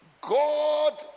God